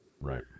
Right